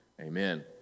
Amen